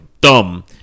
dumb